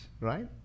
right